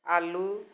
आलू